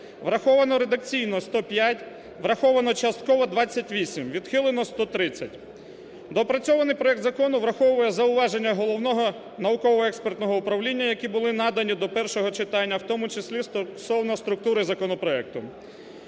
враховано редакційно – 105, враховано частково – 28, відхилено – 130. Доопрацьований проект закону враховує зауваження Головного науково-експертного управління, які були надані до першого читання, в тому числі стосовно структури законопроекту.